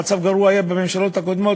שהמצב היה גרוע בממשלות הקודמות,